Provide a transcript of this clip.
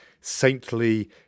saintly